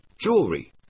Jewelry